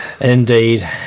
Indeed